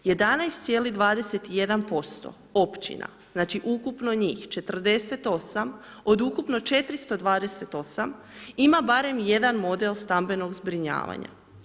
11,21% općina, znači ukupno njih 48 od ukupno 428 ima barem jedan model stambenog zbrinjavanja.